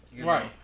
Right